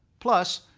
plus,